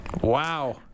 Wow